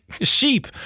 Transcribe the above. sheep